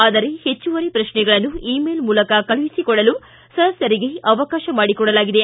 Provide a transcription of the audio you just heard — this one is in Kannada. ಆದರೆ ಹೆಚ್ಚುವರಿ ಪ್ರಶ್ನೆಗಳನ್ನು ಇ ಮೇಲ್ ಮೂಲಕ ಕಳುಹಿಸಿಕೊಡಲು ಸದಸ್ಕರಿಗೆ ಅವಕಾಶ ಮಾಡಿಕೊಡಲಾಗಿದೆ